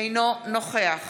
אינו נוכח